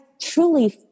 truly